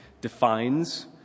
defines